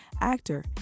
Actor